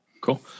Cool